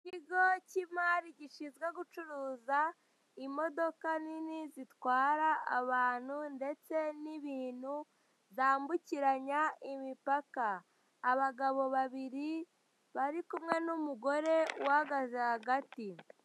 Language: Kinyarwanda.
Ikigo kimari gishinzwe gucuruza imodoka nini zitwara abantu ndetse n'ibintu zambukiranya imipaka. Abagabo babiri bari kumwe n'umugore uhagaze hagati.